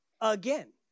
again